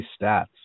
stats